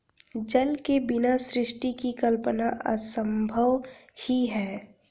जल के बिना सृष्टि की कल्पना असम्भव ही है